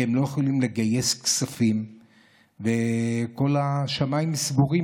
כי הם לא יכולים לגייס כספים וכל השמיים סגורים,